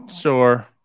Sure